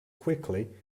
quickly